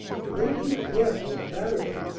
and they keep it yet, on saturday.